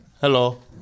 Hello